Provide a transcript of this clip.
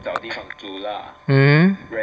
mm